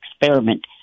experiment